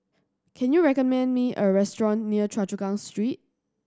can you recommend me a restaurant near Choa Chu Kang Street